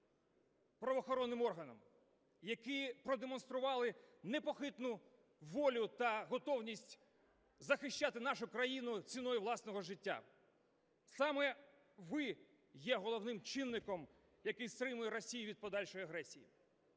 правоохоронним органам, які продемонстрували непохитну волю та готовність захищати нашу країну ціною власного життя. Саме ви є головним чинником, який стримує Росію від подальшої агресії.